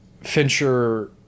Fincher